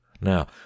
Now